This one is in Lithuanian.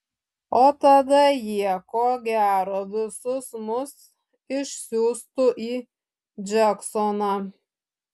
o tada jie ko gero visus mus išsiųstų į džeksoną